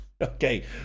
Okay